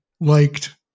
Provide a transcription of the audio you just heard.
liked